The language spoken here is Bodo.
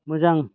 मोजां